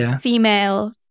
female